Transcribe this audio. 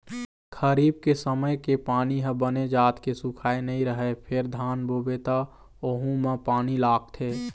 खरीफ के समे के पानी ह बने जात के सुखाए नइ रहय फेर धान बोबे त वहूँ म पानी लागथे